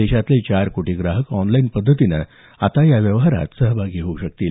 देशातले चार कोटी ग्राहक ऑनलाईन पद्धतीनं या व्यवहारात आता सहभागी होऊ शकतील